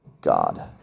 God